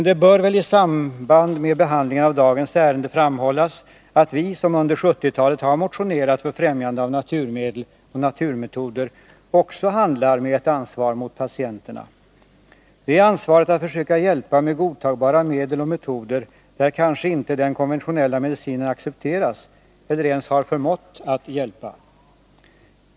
Det bör väl i samband med behandlingen av dagens ärende framhållas att vi som under 1970-talet har motionerat om främjande av naturmedel och naturmetoder också handlar med ett ansvar mot patienterna. Det är ansvaret att försöka hjälpa med godtagbara medel och metoder där kanske inte den konventionella medicinen accepteras eller ens har förmått att hjälpa.